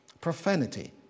Profanity